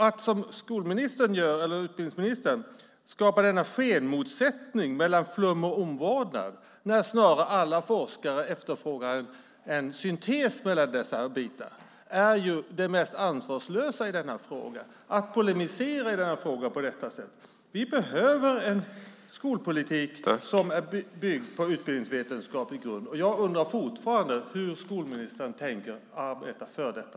Att som utbildningsministern gör skapa denna skenmotsättning mellan flum och omvårdnad när alla forskare efterfrågar en syntes mellan dessa och att polemisera på detta sätt är det mest ansvarslösa i denna fråga. Vi behöver en skolpolitik som är byggd på utbildningsvetenskaplig grund. Jag undrar fortfarande hur skolministern tänker arbeta för detta.